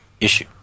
issue